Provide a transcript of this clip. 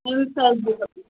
L size जी खपे